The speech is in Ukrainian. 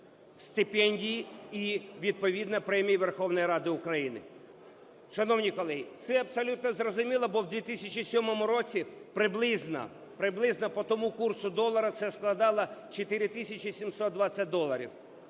стипендії і відповідно премій Верховної Ради України. Шановні колеги, це абсолютно зрозуміло, бо в 2007 році приблизно, приблизно по тому курсу долара це складало 4 тисячі 720 доларів.